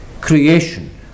Creation